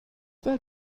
that